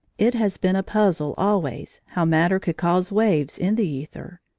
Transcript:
it has been a puzzle always how matter could cause waves in the aether,